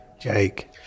Jake